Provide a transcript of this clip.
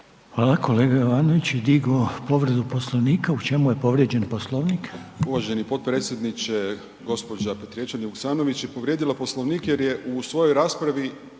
Hvala. Kolega Jovanović je digao povredu Poslovnika, u čemu je povrijeđen Poslovnik? **Jovanović, Željko (SDP)** Uvaženi potpredsjedniče gospođa Petrijevčanin Vuksanović je povrijedila Poslovnik jer je u svojoj raspravi